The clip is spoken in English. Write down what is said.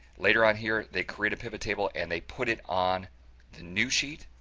later on here, they create a pivot table and they put it on newsheet